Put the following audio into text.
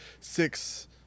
six